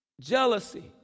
jealousy